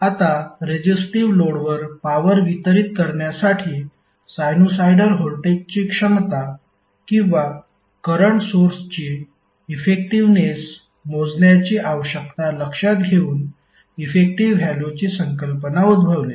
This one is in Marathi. आता रेजिस्टिव्ह लोडवर पॉवर वितरीत करण्यासाठी साइनुसॉईडल व्होल्टेजची क्षमता किंवा करंट सोर्सची इफेक्टिव्हनेस मोजण्याची आवश्यकता लक्षात घेऊन इफेक्टिव्ह व्हॅल्युची कल्पना उद्भवली